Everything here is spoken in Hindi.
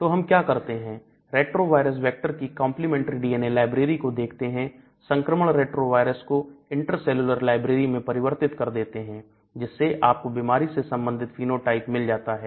तो हम क्या करते हैं रेट्रोवायरस वेक्टर की Complementary DNA library को देखते हैं संक्रमण रेट्रोवायरस को इंटरसेल्यूलर लाइब्रेरी में परिवर्तित कर देता है जिससे आपको बीमारी से संबंधित फेनोटाइप मिल जाता है